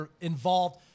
involved